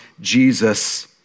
Jesus